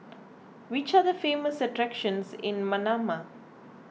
which are the famous attractions in Manama